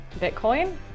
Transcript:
Bitcoin